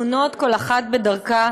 ספונות כל אחת בדרכה,